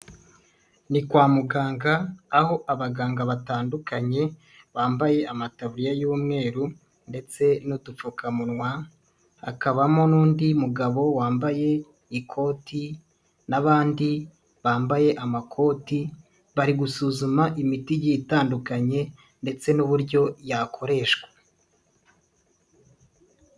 Ni kwa muganga aho abaganga batandukanye bambaye amatabuye y'umweru ndetse n'udupfukamunwa, hakabamo n'undi mugabo wambaye ikoti n'abandi bambaye amakoti, bari gusuzuma imiti igiye itandukanye ndetse n'uburyo yakoreshwa.